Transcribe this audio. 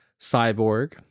Cyborg